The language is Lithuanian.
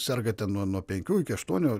serga ten nuo nuo penkių iki aštuonių